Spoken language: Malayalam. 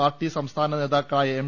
പാർട്ടി സംസ്ഥാ ന നേതാക്കളായ എം